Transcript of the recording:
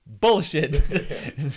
Bullshit